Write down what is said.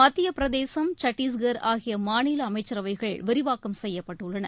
மத்தியப்பிரதேசம் சத்தீஸ்கர் ஆகிய மாநில அமைச்சரவைகள் விரிவாக்கம் செய்யப்பட்டுள்ளன